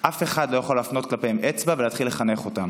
אף אחד לא יכול להפנות כלפיהם אצבע ולהתחיל לחנך אותם.